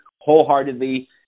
wholeheartedly